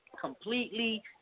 Completely